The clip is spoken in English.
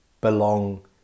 belong